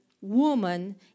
woman